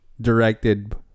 directed